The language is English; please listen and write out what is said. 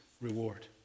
reward